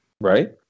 Right